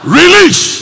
release